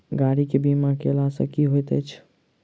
गाड़ी केँ बीमा कैला सँ की होइत अछि?